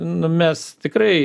nu mes tikrai